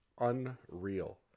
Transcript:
unreal